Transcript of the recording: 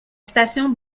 station